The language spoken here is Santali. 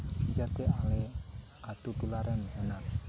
ᱡᱟᱛᱮ ᱟᱞᱮ ᱟᱹᱛᱩᱼᱴᱚᱞᱟᱨᱮ ᱡᱟᱦᱟᱱᱟᱜ